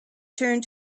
turned